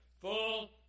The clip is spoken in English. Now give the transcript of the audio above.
full